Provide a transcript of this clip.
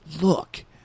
Look